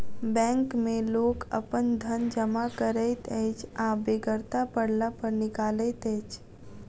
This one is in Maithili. बैंक मे लोक अपन धन जमा करैत अछि आ बेगरता पड़ला पर निकालैत अछि